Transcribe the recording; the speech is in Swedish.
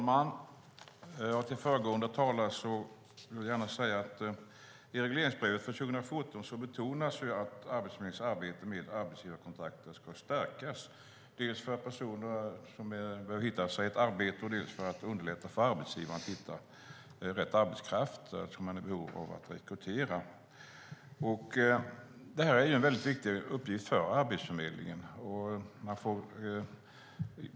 Fru talman! Till föregående talare vill jag gärna säga att det i regleringsbrevet för 2014 betonas att Arbetsförmedlingens arbete med arbetsgivarkontakter ska stärkas, dels för att de personer som bör hitta sig ett arbete ska göra det, dels för att underlätta för arbetsgivaren att hitta rätt arbetskraft, eftersom man är i behov av att rekrytera. Det här är en viktig uppgift för Arbetsförmedlingen.